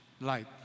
light